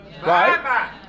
right